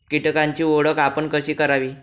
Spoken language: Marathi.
कीटकांची ओळख आपण कशी करावी?